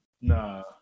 Nah